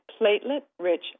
platelet-rich